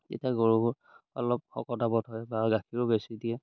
তেতিয়া গৰুবোৰ অলপ শকত আবত হয় বা গাখীৰো বেছি দিয়ে